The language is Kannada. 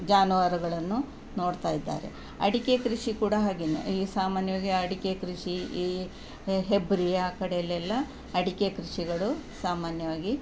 ಜಾನುವಾರುಗಳನ್ನು ನೋಡ್ತಾ ಇದ್ದಾರೆ ಅಡಿಕೆ ಕೃಷಿ ಕೂಡ ಹಾಗೆಯೇ ಈ ಸಾಮಾನ್ಯವಾಗಿ ಅಡಿಕೆ ಕೃಷಿ ಈ ಹೆಬ್ರಿ ಆ ಕಡೆಯಲ್ಲೆಲ್ಲ ಅಡಿಕೆ ಕೃಷಿಗಳು ಸಾಮಾನ್ಯವಾಗಿ